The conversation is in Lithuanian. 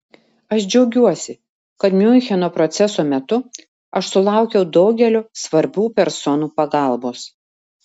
aš džiaugiuosi kad miuncheno proceso metu aš sulaukiau daugelio svarbių personų pagalbos